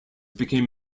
became